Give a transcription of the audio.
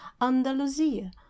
andalusia